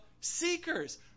seekers